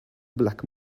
black